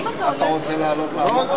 למה אתה צריך להיות סניגור שלו?